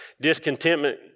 Discontentment